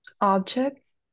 objects